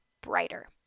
brighter